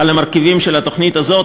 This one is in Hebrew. על המרכיבים של התוכנית הזאת.